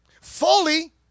fully